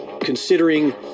considering